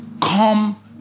Come